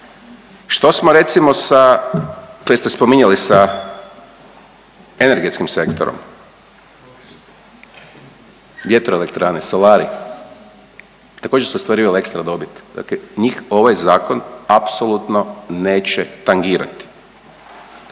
Što smo recimo sa što ste spominjali sa energetskim sektorom, vjetro elektrane, solari? Također su ostvarivale ekstra dobit, dakle njih ovaj zakon apsolutno neće tangirati.